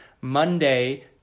Monday